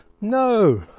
No